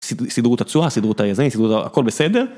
סידרו את התשואה, סידרו את הזה, סידרו את ה... הכל בסדר.